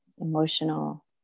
emotional